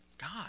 God